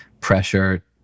pressure